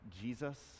Jesus